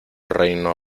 reino